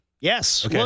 Yes